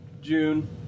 June